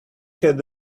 had